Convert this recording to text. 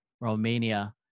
Romania